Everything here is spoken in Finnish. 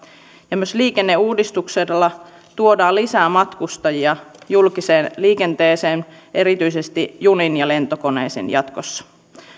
ja myös liikenneuudistuksella tuodaan lisää matkustajia julkiseen liikenteeseen erityisesti juniin ja lentokoneisiin jatkossa